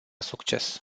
succes